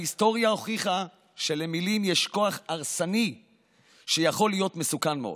ההיסטוריה הוכיחה שלמילים יש כוח הרסני שיכול להיות מסוכן מאוד.